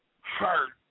hurt